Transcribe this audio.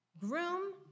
groom